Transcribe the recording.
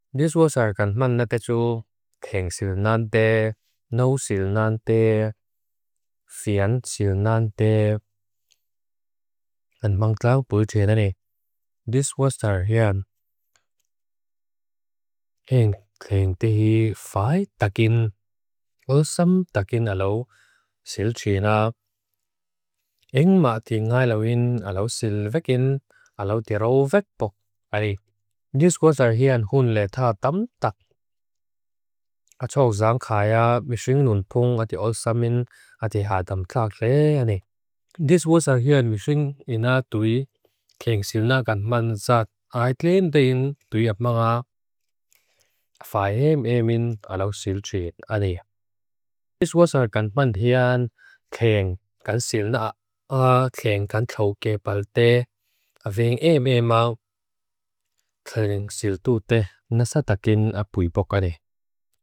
Diswasar kan man na techu. Kheng sil nante, nou sil nante, fian sil nante. Anmang tlau pui tse nane. Diswasar hian. Eng kheng tehi fai takin. Ulsam takin alo sil tse na. Eng mati ngai lawin alo sil vekin alo tero vekpo. Diswasar hian hun leta damdak. Atok zang kaya mishing nunpung ati ulsamin ati hadam takre ane. Diswasar hian mishing ina tui. Kheng sil na kan man zat. Aitlin tin tui apmanga. Fai heme min alo sil tse ane. Diswasar kan man hian. Kheng kan sil na. Ah, kheng kan tau ke pal te. Aving heme mau. Kheng sil tu te. Nasa takin apui pokare.